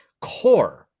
core